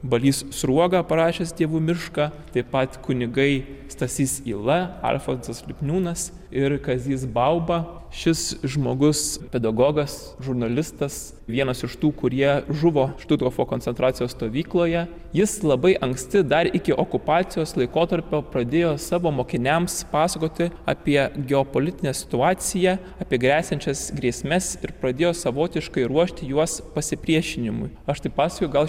balys sruoga parašęs dievų mišką taip pat kunigai stasys yla alfonsas lipniūnas ir kazys bauba šis žmogus pedagogas žurnalistas vienas iš tų kurie žuvo štuthofo koncentracijos stovykloje jis labai anksti dar iki okupacijos laikotarpio pradėjo savo mokiniams pasakoti apie geopolitinę situaciją apie gresiančias grėsmes ir pradėjo savotiškai ruošti juos pasipriešinimui aš tai pasakoju gal